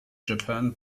japan